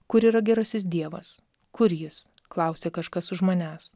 kur yra gerasis dievas kur jis klausia kažkas už manęs